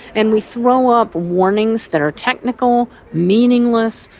and we throw up warnings that are technical, meaningless,